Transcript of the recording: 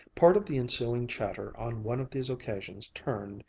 part of the ensuing chatter on one of these occasions turned,